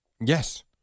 Yes